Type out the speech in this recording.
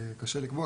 לקבוע,